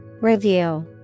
Review